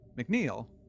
McNeil